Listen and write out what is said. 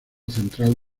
central